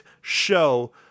show